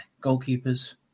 goalkeepers